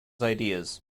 ideas